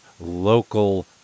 local